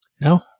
No